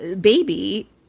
Baby